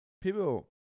people